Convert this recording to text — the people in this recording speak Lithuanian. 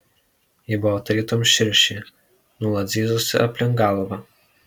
ji buvo tarytum širšė nuolat zyzusi aplink galvą